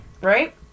Right